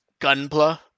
gunpla